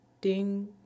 ding